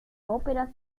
ópera